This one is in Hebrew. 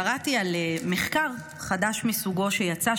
קראתי על מחקר חדש מסוגו שיצא,